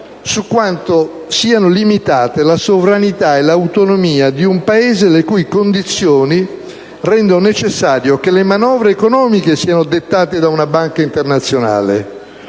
su quanto siano limitate la sovranità e l'autonomia di un Paese, le cui condizioni rendono necessario che le manovre economiche siano dettate da una Banca internazionale,